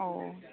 औ